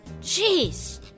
Jeez